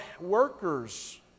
workers